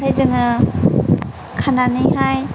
ओमफ्राय जों खानानैहाय